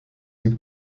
gibt